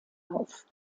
auf